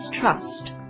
Trust